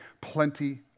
Plenty